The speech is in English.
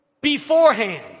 beforehand